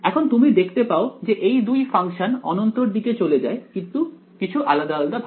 এখন তুমি দেখতে পাও যে এই 2 ফাংশন অনন্ত এর দিকে চলে যায় কিছু আলাদা আলাদা ভাবে